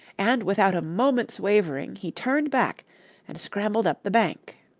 and, without a moment's wavering, he turned back and scrambled up the bank.